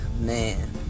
man